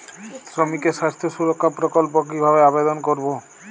শ্রমিকের স্বাস্থ্য সুরক্ষা প্রকল্প কিভাবে আবেদন করবো?